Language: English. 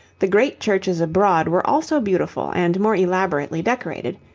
the great churches abroad were also beautiful and more elaborately decorated,